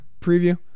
preview